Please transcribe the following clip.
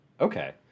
Okay